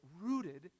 rooted